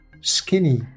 skinny